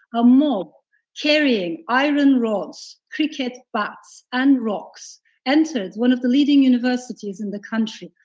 a mob carrying iron rods, cricket bats, and rocks entered one of the leading universities in the country,